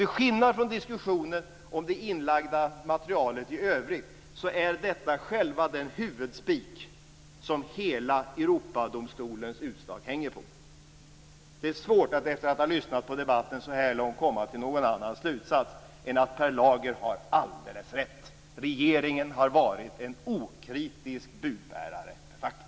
Till skillnad från diskussionen om det inlagda materialet i övrigt är detta själva den huvudspik som hela Europadomstolens utslag hänger på. Det är svårt att efter att ha lyssnat på debatten så här långt komma till någon annan slutsats än att Per Lager har alldeles rätt. Regeringen har varit en okritisk budbärare åt facket.